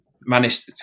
managed